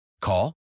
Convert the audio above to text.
Call